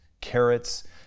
carrots